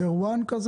כמו SaverOne?